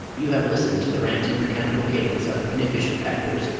you have listened to the ranting, mechanical cadence of inefficient actors,